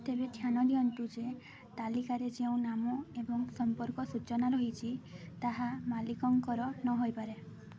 ତେବେ ଧ୍ୟାନ ଦିଅନ୍ତୁ ଯେ ତାଲିକାରେ ଯେଉଁ ନାମ ଏବଂ ସମ୍ପର୍କ ସୂଚନା ରହିଛି ତାହା ମାଲିକଙ୍କର ନ ହେଇପାରେ